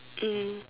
mm